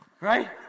Right